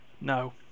No